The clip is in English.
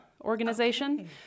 organization